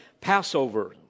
Passover